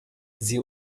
sie